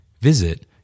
Visit